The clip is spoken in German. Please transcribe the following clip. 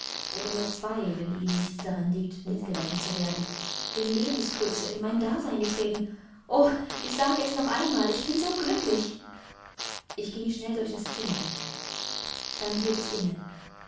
oder nur zwei wenn ihnen nichts daran liegt mitgerechnet zu werden in lebensgröße in mein dasein getreten o ich sage es noch einmal ich bin so glücklich ich ging schnell durch das zimmer dann hielt ich inne